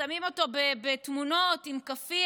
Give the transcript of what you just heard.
שמים אותו בתמונות עם כאפיה.